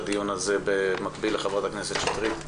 הדיון הזה במקביל לחברת הכנסת שטרית.